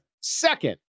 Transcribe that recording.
Second